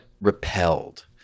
repelled